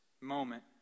moment